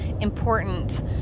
important